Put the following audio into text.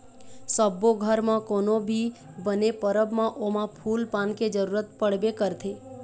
सब्बो घर म कोनो भी बने परब म ओमा फूल पान के जरूरत पड़बे करथे